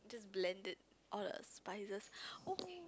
blended all the spices oh